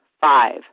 Five